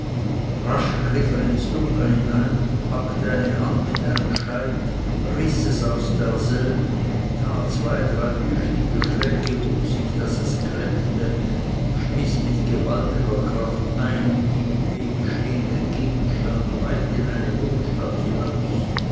griff er ins dunkel hinein packte eine hand mit einem scheit riß es aus derselben tat zwei drei tüchtige schläge um sich daß es klepfte schmiß mit gewaltiger kraft einen ihm im wege stehenden gegenstand weit in eine hofstatt hinaus